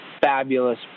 fabulous